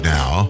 now